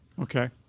Okay